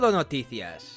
noticias